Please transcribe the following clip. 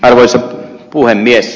arvoisa puhemies